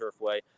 Turfway